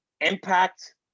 impact